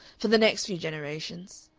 for the next few generations.